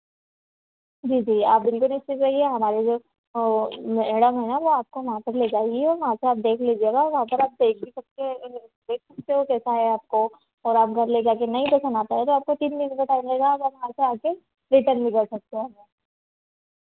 जी जी आप बिल्कुल निश्चिंत रहिए हमारे जो वो है ना वो आपको वहाँ पर ले जाइएगा वहाँ से आप देख लीजिएगा वहाँ पर आप देख भी सकते हैं देख सकते हो कैसा है आपको और आप घर ले जाके नहीं पसंद आता है तो आपको तीन दिन का टाइम रहेगा आप घर से आके रिटर्न भी कर सकते हो हमें